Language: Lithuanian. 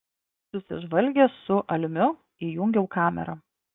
susižvalgęs su almiu įjungiau kamerą